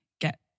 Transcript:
get